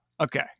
Okay